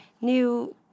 new